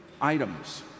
items